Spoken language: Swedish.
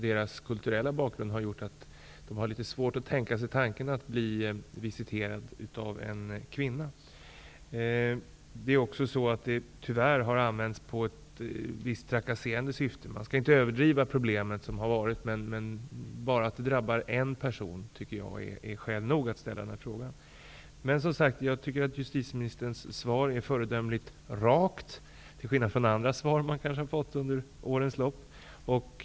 Deras kulturella bakgrund har gjort att de har litet svårt att tänka tanken att de kan bli visiterade av en kvinna. Detta har tyvärr också använts i visst trakasserande syfte. Man skall inte överdriva det problem som har varit. Men bara det att detta drabbar en person tycker jag är skäl nog att ställa den här frågan. Jag tycker, som sagt, att justitieministerns svar är föredömligt rakt, till skillnad från andra svar som jag har fått under årens lopp.